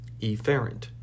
Efferent